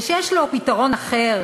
ושיש לו פתרון אחר,